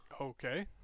Okay